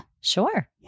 Sure